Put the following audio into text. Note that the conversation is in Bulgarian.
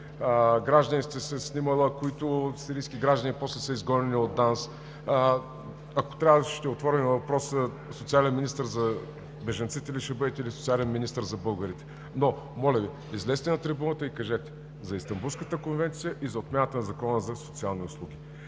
граждани сте се снимали, които сирийски граждани после са изгонени от ДАНС. Ако трябва, ще отворим и въпроса: социален министър за бежанците ли ще бъдете, или социален министър за българите? Моля Ви, излезте на трибуната и кажете за Истанбулската конвенция и за отмяната на Закона за социалните услуги.